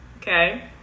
okay